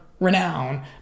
renown